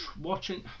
watching